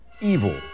evil